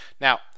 Now